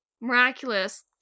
miraculous